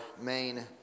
main